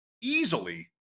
easily